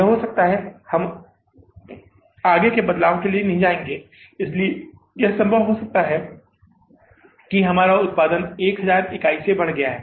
यह हो सकता है हम आगे के बदलावों के लिए नहीं जा रहे हैं इसलिए यह संभव हो सकता है कि हमारा उत्पादन 1000 इकाई से बढ़ गया है